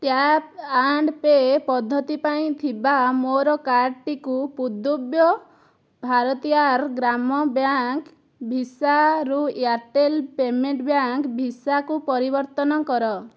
tap and pay ପଦ୍ଧତି ପାଇଁ ଥିବା ମୋର କାର୍ଡ୍ଟିକୁ ପୁଦୁବ୍ୟ ଭାରତିୟାର ଗ୍ରାମ ବ୍ୟାଙ୍କ୍ ଭିସାରୁ ଏୟାର୍ଟେଲ୍ ପେମେଣ୍ଟ୍ ବ୍ୟାଙ୍କ୍ ଭିସାକୁ ପରିବର୍ତ୍ତନ କର